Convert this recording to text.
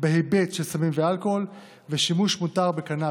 בהיבט של סמים ואלכוהול, 4. שימוש מותר בקנביס.